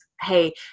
Hey